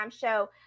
show